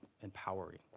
empowering